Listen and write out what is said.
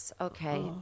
Okay